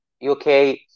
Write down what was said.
UK